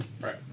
Right